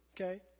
Okay